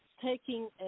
taking